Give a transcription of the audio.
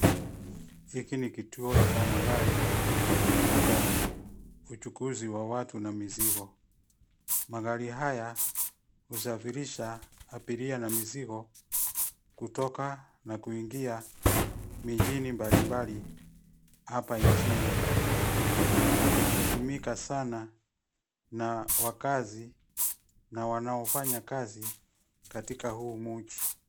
Hiki ni kituo cha magari, cha uchukuzi wa watu na mizigo. Magari haya husafirisha abiria na mizigo kutoka na kuingia mijini mbalimbali hapa nchni na hutumika sana na wakazi na wanaofanya kazi katika huu mji.